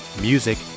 Music